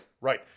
Right